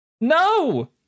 No